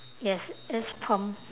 yes it's perm